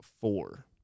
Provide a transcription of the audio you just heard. four